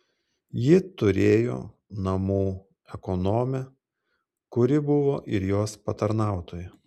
ji turėjo namų ekonomę kuri buvo ir jos patarnautoja